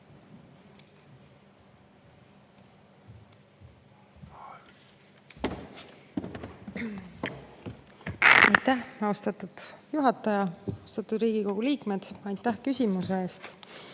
Aitäh, austatud juhataja! Austatud Riigikogu liikmed, aitäh küsimuste eest!